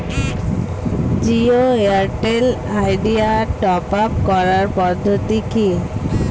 Jio Airtel Idea top up করার পদ্ধতি কি?